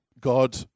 God